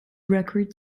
record